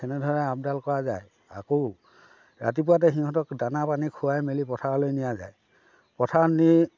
তেনেধৰণে আপডাল কৰা যায় আকৌ ৰাতিপুৱাতে সিহঁতক দানা পানী খোৱাই মেলি পথাৰলৈ নিয়া যায় পথাৰত নি